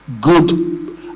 good